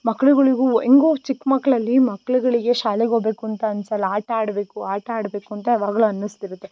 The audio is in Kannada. ಮಕ್ಕಳುಗಳಿಗೂ ಹೆಂಗೋ ಚಿಕ್ಕ ಮಕ್ಕಳಲ್ಲಿ ಮಕ್ಳುಗಳಿಗೆ ಶಾಲೆಗೆ ಹೋಗ್ಬೇಕು ಅಂತ ಅನ್ಸೋಲ್ಲ ಆಟ ಆಡಬೇಕು ಆಟ ಆಡಬೇಕು ಅಂತ ಯಾವಾಗಲೂ ಅನ್ನಿಸ್ತಿರುತ್ತೆ